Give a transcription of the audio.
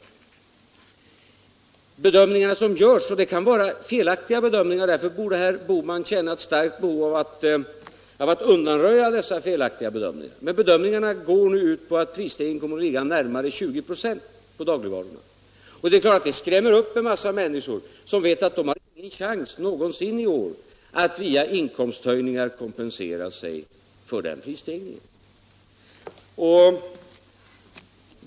De bedömningar som gjorts — de kan vara felaktiga, och därför borde herr Bohman känna ett starkt behov av att undanröja dessa felaktiga bedömningar — går ut på att prisstegringen på dagligvaror kommer att ligga på närmare 20 4. Det är klart att det skrämmer upp en massa människor som vet att de inte har någon chans att i år kompensera denna prisstegring via inkomsthöjningar.